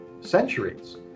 centuries